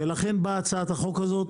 ולכן באה הצעת החוק הזאת,